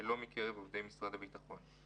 שלא מקרב עובדי משרד הביטחון.